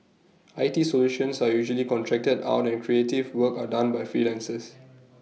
I T solutions are usually contracted out and creative work are done by freelancers